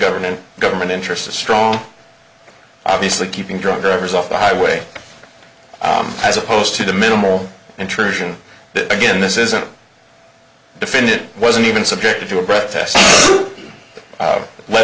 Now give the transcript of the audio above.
government government interest a strong obviously keeping drunk drivers off the highway as opposed to the minimal intrusion again this isn't defend it wasn't even subjected to a breath test